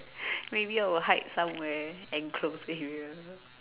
maybe I will hide somewhere enclosed area